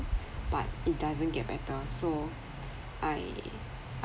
but it doesn't get better so I